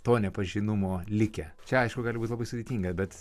to nepažinumo likę čia aišku gali būti labai sudėtinga bet